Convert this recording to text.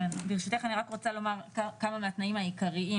ברשותך אני רק רוצה לומר כמה מהתנאים העיקריים